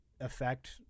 affect